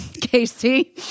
Casey